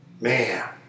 Man